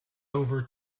over